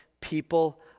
people